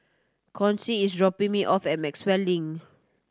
Chauncy is dropping me off at Maxwell Link